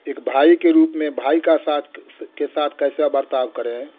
एक भाई के रूप में भाई का साथ के साथ कैसा बर्ताव करें